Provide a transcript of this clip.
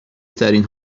بهترین